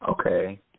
Okay